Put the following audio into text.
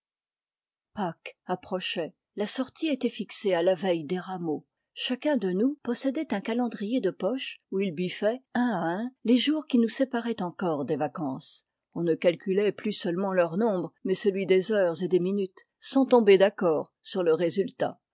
approchait la sortie était fixée à la veille des rameaux chacun de nous pos sédait un calendrier de poche où il biffait un à un les jours qui nous séparaient encore des vacances on ne calculait plus seulement leur nombre mais celui des heures et des minutes sans tomber d'accord sur le résultat